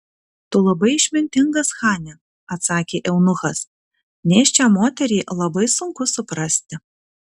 tu labai išmintingas chane atsakė eunuchas nėščią moterį labai sunku suprasti